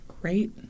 Great